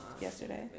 yesterday